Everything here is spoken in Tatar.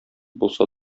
булсa